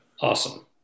awesome